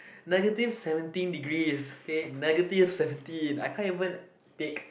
negative seventeen degrees okay negative seventeen I can't even take